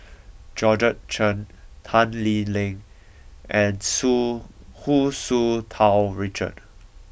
Georgette Chen Tan Lee Ling and Tsu Hu Tsu Tau Richard